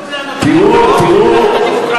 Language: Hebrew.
דמוקרטיה,